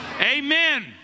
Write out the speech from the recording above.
Amen